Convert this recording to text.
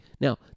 Now